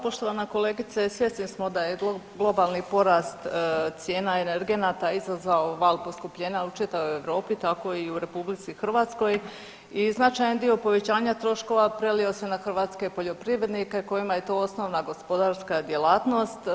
Poštovana kolegice, svjesni smo da je globalni porasta cijena energenata izazvao val poskupljenja u čitavoj Europi, tako i u RH i značajan dio povećanja troškova prelio se na hrvatske poljoprivrednike kojima je to osnovna gospodarska djelatnost.